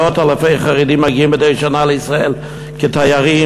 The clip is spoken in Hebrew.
מאות-אלפי חרדים מגיעים מדי שנה לישראל כתיירים,